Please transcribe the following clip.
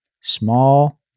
small